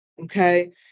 okay